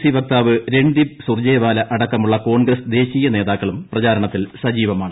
C വക്താവ് രൺദീപ് സുർജേവാല അടക്കമുള്ള കോൺഗ്രസ് ദേശീയ നേതാക്കളും പ്രചാരണത്തിൽ സജീവമാണ്